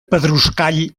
pedruscall